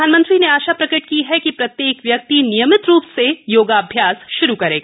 प्रधानमंत्री ने आशा प्रकट की कि प्रत्येक व्यक्ति नियमित रूप से योगाभ्यास श्रू करेगा